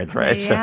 right